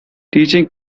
teaching